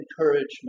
encouragement